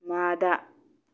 ꯃꯥꯗ